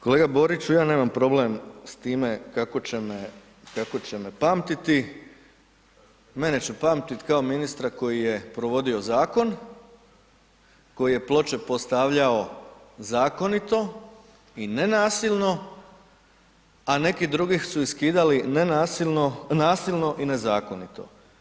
Kolega Boriću, ja nemam problem s time kako će me pamtiti, mene će pamtiti kao ministra koji je provodio zakon, koji je ploče postavljao zakonito i nenasilno, a neki drugi su ih skidali nasilno i nezakonito.